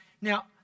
Now